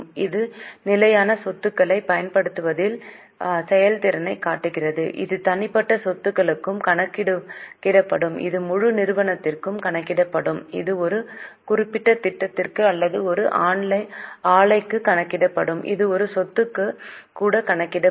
இது நிலையான சொத்துக்களை பயன்படுத்துவதில் செயல்திறனைக் காட்டுகிறது இது தனிப்பட்ட சொத்துக்கும் கணக்கிடப்படும் இது முழு நிறுவனத்திற்கும் கணக்கிடப்படும் இது ஒரு குறிப்பிட்ட திட்டத்திற்கு அல்லது ஒரு ஆலைக்கு கணக்கிடப்படும் இது ஒரு சொத்துக்கு கூட கணக்கிடப்படும்